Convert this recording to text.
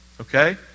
okay